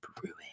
brewing